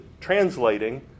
translating